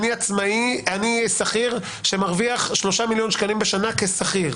אני שכיר שמרוויח 3 מיליון שקלים בשנה כשכיר.